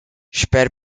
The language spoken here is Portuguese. espere